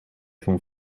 van